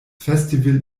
festival